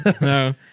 no